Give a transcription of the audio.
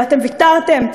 ואתם ויתרתם,